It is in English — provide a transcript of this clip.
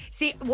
See